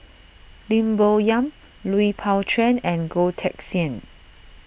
Lim Bo Yam Lui Pao Chuen and Goh Teck Sian